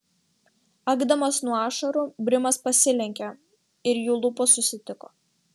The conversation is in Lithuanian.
akdamas nuo ašarų brimas pasilenkė ir jų lūpos susitiko